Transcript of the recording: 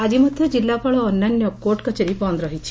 ଆକି ମଧ୍ୟ କିଲ୍ଲାପାଳ ଓ ଅନ୍ୟାନ କୋର୍ଟ କଜେରି ବନ୍ଦ୍ ରହିଛି